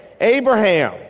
Abraham